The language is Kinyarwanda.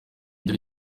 ibyo